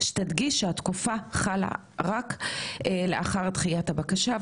שתדגיש שהתקופה חלה רק לאחר דחיית הבקשה,